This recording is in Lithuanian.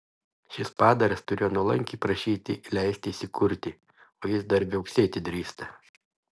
šis padaras turėjo nuolankiai prašyti leisti įsikurti o jis dar viauksėti drįsta